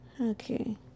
okay